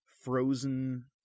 frozen